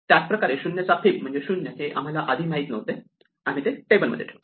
त्याच प्रकारे 0 चा फिब म्हणजे 0 हे आम्हाला आधी माहित नव्हते आम्ही ते टेबलमध्ये ठेवतो